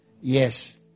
yes